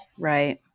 Right